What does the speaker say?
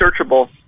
searchable